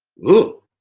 woo,